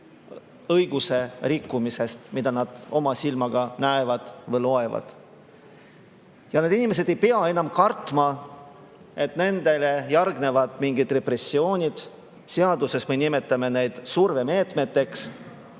õigusrikkumisest, mida nad oma silmaga näevad või loevad. Need inimesed ei pea enam kartma, et järgnevad mingid repressioonid nende suhtes – seaduses me nimetame neid survemeetmeteks.